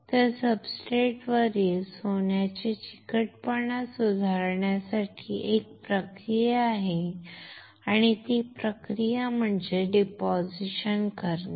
तर सब्सट्रेटवरील सोन्याचे चिकटपणा सुधारण्यासाठी एक प्रक्रिया आहे आणि ती प्रक्रिया आहे जमा करणे